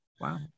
Wow